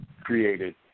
created